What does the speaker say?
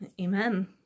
Amen